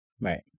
Right